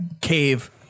cave